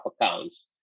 accounts